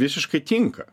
visiškai tinka